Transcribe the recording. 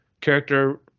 character